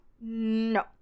No